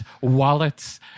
wallets